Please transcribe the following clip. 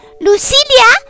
Lucilia